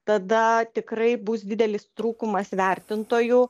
tada tikrai bus didelis trūkumas vertintojų